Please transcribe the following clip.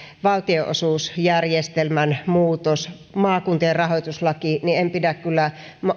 valtionosuusjärjestelmän muutos maakuntien rahoituslaki niin en pidä kyllä